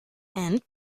and